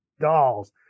dolls